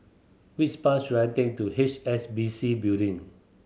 which bus should I take to H S B C Building